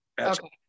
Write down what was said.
Okay